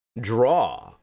draw